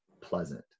pleasant